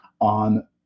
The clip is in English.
on